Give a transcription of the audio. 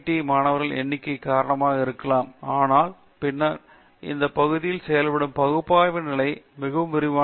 மாணவர் எண்ணிக்கை காரணங்களாக இருக்கலாம் ஆனால் பின் எந்த பகுதியிலும் செய்யப்படும் பகுப்பாய்வு நிலை மிகவும் விரிவானதாகும்